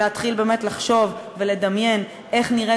להתחיל באמת לחשוב ולדמיין איך נראית